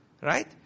right